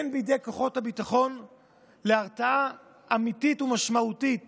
הן בידי כוחות הביטחון להרתעה אמיתית ומשמעותית